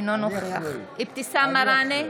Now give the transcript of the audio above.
אינו נוכח אבתיסאם מראענה,